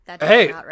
Hey